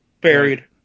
buried